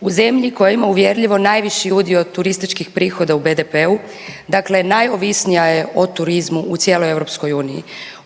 U zemlji koja ima uvjerljivo najviši udio od turističkih prihoda u BDP-u, dakle najovisnija o turizmu u cijeloj EU